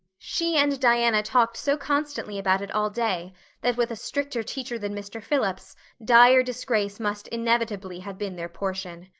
she and diana talked so constantly about it all day that with a stricter teacher than mr. phillips dire disgrace must inevitably have been their portion.